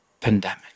pandemic